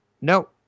No